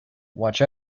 watch